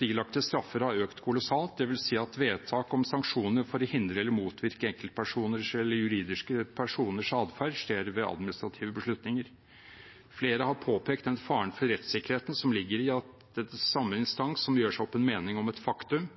ilagte straffer har økt kolossalt. Det vil si at vedtak om sanksjoner for å hindre eller motvirke enkeltpersoners eller juridiske personers atferd skjer ved administrative beslutninger. Flere har påpekt den faren for rettssikkerheten som ligger i at det er samme instans som gjør seg opp en mening om et faktum,